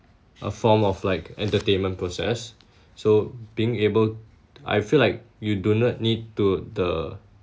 it will be just um a form of like entertainment process so being able I feel like you do not need to the